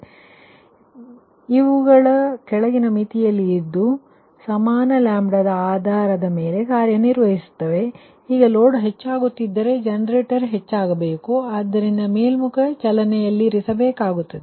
ಇದರರ್ಥ ನೀವು ಇದನ್ನು ಅರ್ಥಮಾಡಿಕೊಂಡಿದ್ದೀರಿ ಎಂದು ನಾನು ಭಾವಿಸುತ್ತೇನೆ ಇವುಗಳು ಕೆಳಗಿನ ಮಿತಿಯಲ್ಲಿ ಇದ್ದು ಅವು ಸಮಾನ ದ ಆಧಾರದ ಮೇಲೆ ಕಾರ್ಯನಿರ್ವಹಿಸುತ್ತವೆ ಈಗ ಲೋಡ್ ಹೆಚ್ಚಾಗುತ್ತಿದ್ದರೆ ಜನರೇಟರ್ ಹೆಚ್ಚಾಗಬೇಕು ಆದ್ದರಿಂದ ಮೇಲ್ಮುಖ ಚಲನೆಯಲ್ಲಿರಿಸಬೇಕಾಗುತ್ತದೆ